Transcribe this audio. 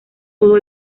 todo